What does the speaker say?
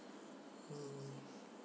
mm